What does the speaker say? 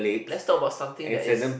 let's talk about something that is